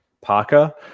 Parker